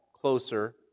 closer